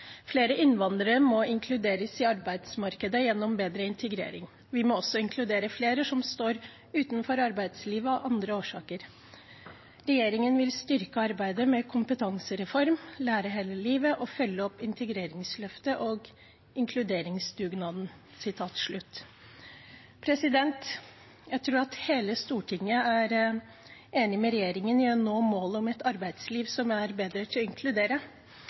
flere som står utenfor arbeidslivet av andre årsaker. Regjeringen vil styrke arbeidet med kompetansereformen «Lære hele livet» og følge opp integreringsløftet og inkluderingsdugnaden.» Jeg tror at hele Stortinget er enig med regjeringen når det gjelder å nå målet om et arbeidsliv som er bedre til å inkludere.